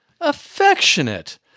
affectionate